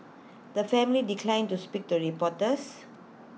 the family declined to speak to reporters